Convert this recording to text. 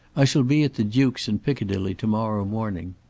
i shall be at the duke's in piccadilly to-morrow morning.